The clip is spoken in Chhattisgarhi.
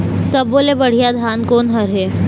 सब्बो ले बढ़िया धान कोन हर हे?